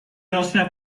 anciens